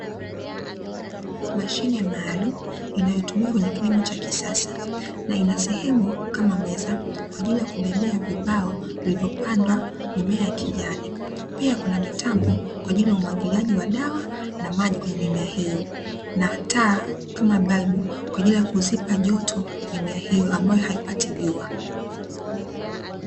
Mashine maalum inayotumika kwenye kilimo cha kisasa na inasehemu kama meza kwaajili ya kubebea vibao vilivyopandwa mimea ya kijani, pia kuna mitambo kwaajlii ya umwagiliaji wa dawa na maji kwenye mimea hio na taa kama balbu kwaajili ya kuzipa joto mimea hio ambayo haipati jua.